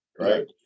right